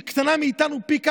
שהיא קטנה מאיתנו פי כמה,